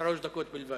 שלוש דקות בלבד.